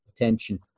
attention